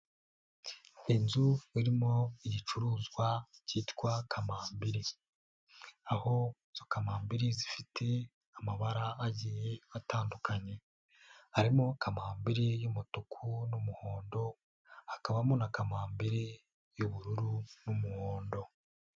Inzu irimo igicuruzwa kitwa kamambiri. Aho izo kamambiri zifite amabara agiye atandukanye, harimo kamambiri y'umutuku n'umuhondo, hakabamo na kamambiri y'ubururu n'umuhondo.